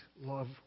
love